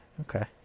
Okay